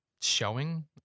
Showing